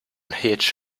each